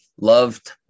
loved